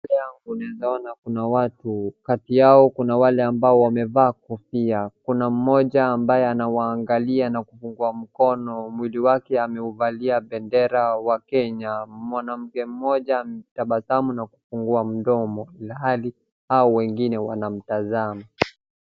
Mbele yangu naeza ona kuna watu, kati yao kuna wale ambao wamevaa kofia, kuna mmoja ambaye anawaangalia na kufungua mkono mwili wake ameuvalia bendera wa Kenya. Mwanamke mmoja anatabasamu na kufungua mdomo, ilhali hao wengine wanamtazama.